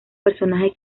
personajes